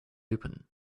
open